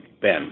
Ben